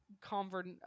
convert